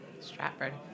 Stratford